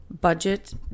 budget